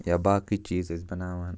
یا باقٕے چیٖز ٲسۍ بناوان